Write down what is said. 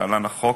להלן: החוק,